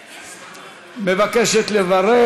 מלינובסקי מבקשת לברך.